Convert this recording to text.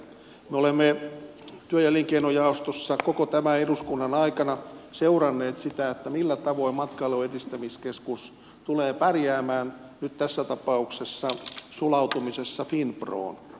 me olemme työ ja elinkeinojaostossa koko tämän eduskunnan ajan seuranneet sitä millä tavoin matkailun edistämiskeskus tulee pärjäämään nyt tässä tapauksessa sulautumisessa finproon